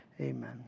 Amen